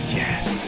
yes